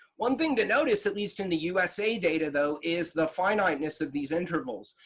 one thing to notice at least in the usa data though is the finiteness of these intervals.